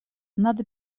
надо